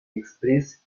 express